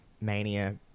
Mania